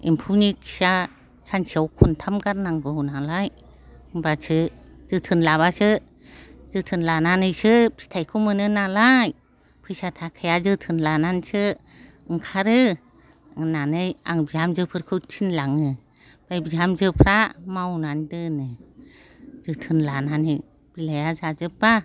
एम्फोनि खिया सानसेयाव खनथाम गारनांगौ नालाय होम्बासो जोथोन लाबासो जोथोन लानानैसो फिथाइखौ मोनो नालाय फैसा थाखाया जोथोन लानानैसो ओंखारो होननानै आं बिहामजोफोरखौ थिनलाङो ओमफ्राय बिहामजोफ्रा मावनानै दोनो जोथोन लानानै बिलाइआ जाजोबबा